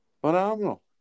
Phenomenal